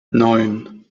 neun